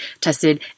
tested